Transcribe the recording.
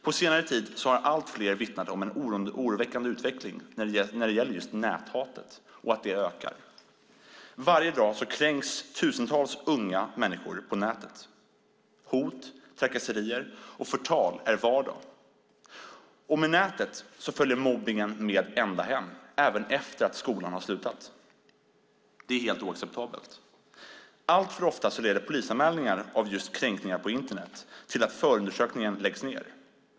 På senare tid har allt fler vittnat om en oroväckande utveckling när det gäller just näthatet. Och det ökar. Varje dag kränks tusentals unga människor på nätet. Hot, trakasserier och förtal är vardag. Med nätet följer mobbningen ända hem, även efter det att skolan har slutat. Det är helt oacceptabelt. Alltför ofta leder polisanmälan av just kränkning på Internet till att förundersökningen läggs ned.